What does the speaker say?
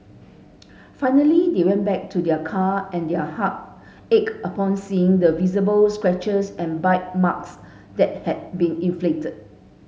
finally they went back to their car and their heart ached upon seeing the visible scratches and bite marks that had been inflicted